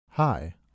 Hi